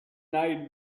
night